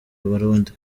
abarundi